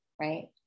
right